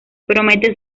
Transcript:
promete